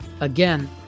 Again